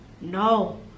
No